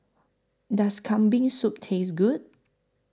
Does Kambing Soup Taste Good